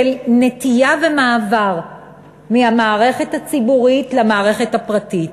נטייה ומעבר מהמערכת הציבורית למערכת הפרטית.